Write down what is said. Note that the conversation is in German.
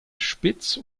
spitz